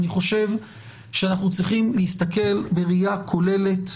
אני חושב שאנחנו צריכים להסתכל בראייה כוללת.